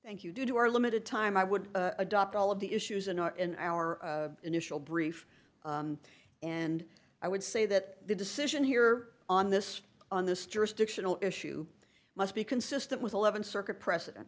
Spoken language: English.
thank you do our limited time i would adopt all of the issues in our in our initial brief and i would say that the decision here on this on this jurisdictional issue must be consistent with eleven circuit precedent